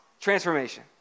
transformation